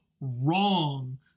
wrong